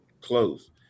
close